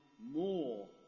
more